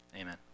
Amen